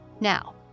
Now